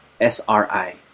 SRI